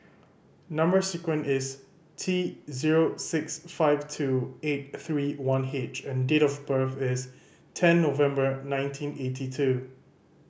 number sequence is T zero six five two eight three one H and date of birth is ten November nineteen eighty two